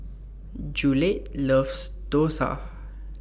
Jolette loves Dosa